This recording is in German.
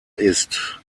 ist